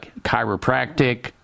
chiropractic